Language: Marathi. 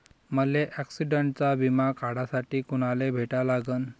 मले ॲक्सिडंटचा बिमा काढासाठी कुनाले भेटा लागन?